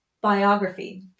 biography